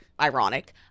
Ironic